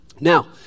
Now